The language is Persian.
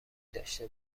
داشته